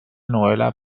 novela